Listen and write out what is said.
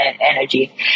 energy